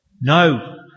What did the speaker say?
No